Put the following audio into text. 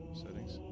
settings